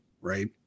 Right